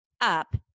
up